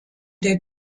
der